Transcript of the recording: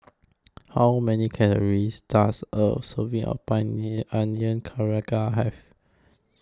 How Many Calories Does A Serving of Onion Pakora Have